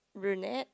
brunette